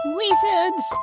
wizards